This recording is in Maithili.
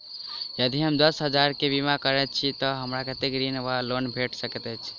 यदि हम दस हजार केँ बीमा करौने छीयै तऽ हमरा कत्तेक ऋण वा लोन भेट सकैत अछि?